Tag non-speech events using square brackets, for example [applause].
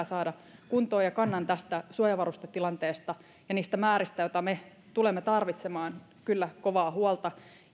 [unintelligible] saada kuntoon ja kannan tästä suojavarustetilanteesta ja niistä määristä joita me tulemme tarvitsemaan kyllä kovaa huolta